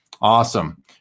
awesome